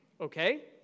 Okay